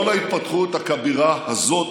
כל ההתפתחות הכבירה הזאת